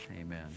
Amen